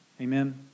Amen